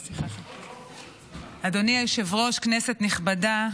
אדוני היושב-ראש, כנסת נכבדה,